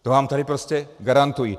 To vám tady prostě garantuji.